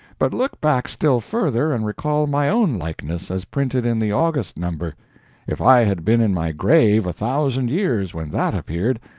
but look back still further and recall my own likeness as printed in the august number if i had been in my grave a thousand years when that appeared,